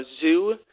zoo